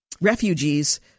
refugees